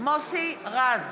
מוסי רז,